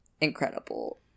incredible